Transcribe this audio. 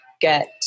get